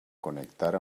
connectar